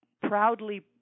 proudly